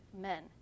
men